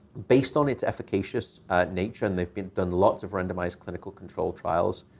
based on its efficacious nature, and they've been done lots of randomized clinical control trials,